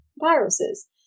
viruses